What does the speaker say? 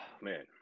man